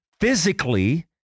physically